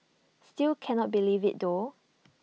still cannot believe IT though